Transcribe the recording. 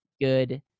good